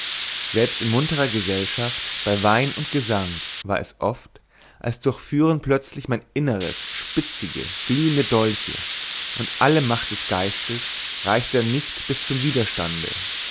selbst in munterer gesellschaft bei wein und gesang war es oft als durchführen plötzlich mein inneres spitzige glühende dolche und alle macht des geistes reichte dann nicht hin zum widerstande